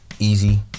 easy